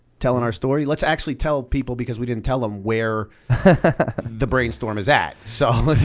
telling our story. let's actually tell people because we didn't tell them where the brainstorm is at. so,